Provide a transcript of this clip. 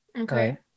Okay